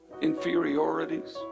inferiorities